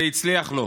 זה הצליח לו.